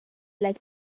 like